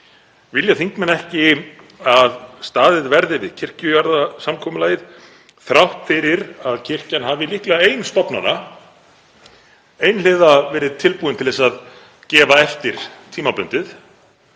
Vilja þingmenn ekki að staðið verði við kirkjujarðasamkomulagið þrátt fyrir að kirkjan hafi, líklega ein stofnana, einhliða verið tilbúin til að gefa eftir tímabundið